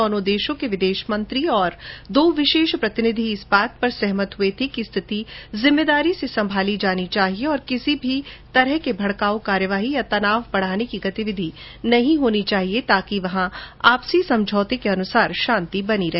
दोनों देशों के विदेश मंत्री और दो विशेष प्रतिनिधि इस बात पर सहमत हुए थे कि स्थिति जिम्मेदारी से संभाली जानी चाहिए और किसी भी तरह से भड़काउ कार्रवाई या तनाव बढ़ाने की गतिविधि नहीं होनी चाहिए ताकि वहां आपसी समझौतों के अनुसार शांति बनी रहे